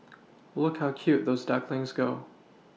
look how cute those ducklings go